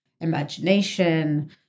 imagination